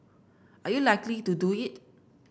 are you likely to do it